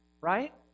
right